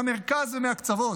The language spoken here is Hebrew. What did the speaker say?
מהמרכז ומהקצוות.